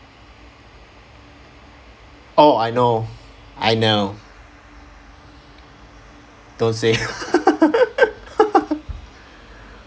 oh I know I know don't say